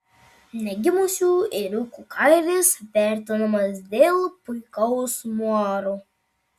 negimusių ėriukų kailis vertinamas dėl puikaus muaro